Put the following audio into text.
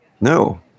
No